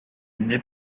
n’est